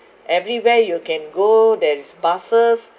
everywhere you can go there's buses